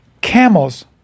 Camels